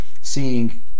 seeing